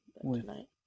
tonight